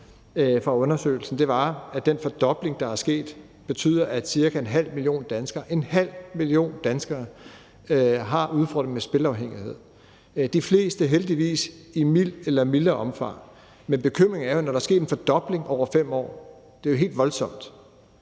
fra undersøgelsen, var, at den fordobling, der er sket, betyder, at cirka en halv million danskere – en halv million danskere! – har udfordringer med spilafhængighed. De fleste har det heldigvis i mildt eller mildere omfang, men bekymringen er jo, når der er sket en fordobling over 5 år – det er jo helt voldsomt